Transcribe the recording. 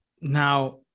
now